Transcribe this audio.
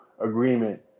agreement